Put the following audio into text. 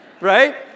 right